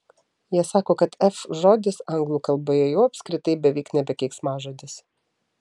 jie sako kad f žodis anglų kalboje jau apskritai beveik nebe keiksmažodis